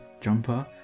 jumper